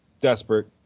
desperate